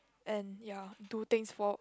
and ya do things for